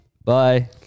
Bye